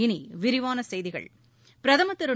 இனி விரிவான செய்திகள் பிரதமர் திரு